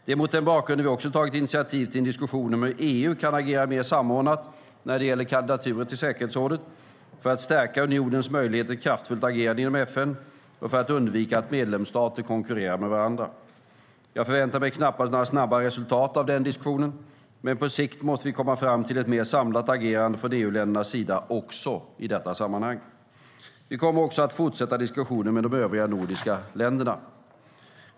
Det är mot den bakgrunden vi också tagit initiativ till en diskussion om hur EU kan agera mer samordnat när det gäller kandidaturer till säkerhetsrådet, för att stärka unionens möjligheter till kraftfullt agerande inom FN och för att undvika att medlemsstater konkurrerar med varandra. Jag förväntar mig knappast några snabba resultat av den diskussionen, men på sikt måste vi komma fram till ett mer samlat agerande från EU-ländernas sida också i detta sammanhang. Vi kommer också att fortsätta diskussionen med de övriga nordiska länderna.